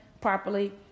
properly